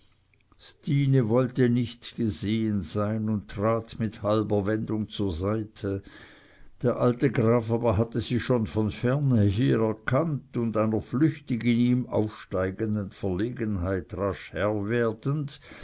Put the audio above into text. stine wollte nicht gesehen sein und trat mit halber wendung zur seite der alte graf aber hatte sie schon von fernher erkannt und einer flüchtig in ihm aufsteigenden verlegenheit rasch herr werdend